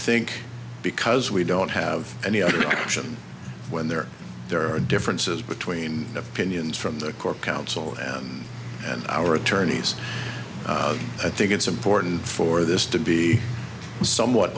think because we don't have any other option when there are there are differences between opinions from the core counsel and and our attorneys i think it's important for this to be somewhat